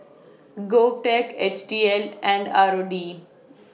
Govtech H T L and R O D